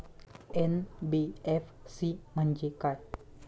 NBFC म्हणजे काय?